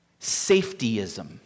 safetyism